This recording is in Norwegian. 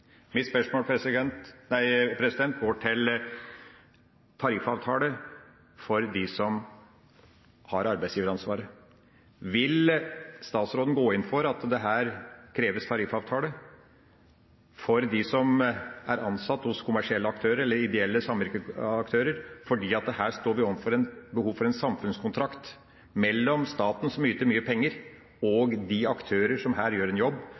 Mitt spørsmål går på tariffavtale for dem som har arbeidsgiveransvaret. Vil statsråden gå inn for at det her kreves tariffavtale for dem som er ansatt hos kommersielle aktører, eller ideelle samvirkeaktører, for her står vi overfor et behov for en samfunnskontrakt mellom staten som yter mye penger, og de aktører som her gjør en jobb